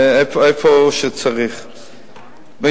מקומות שצריך בהם.